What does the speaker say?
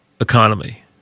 economy